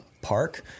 park